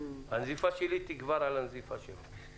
הנזיפה שלי תגבר על הנזיפה שלו.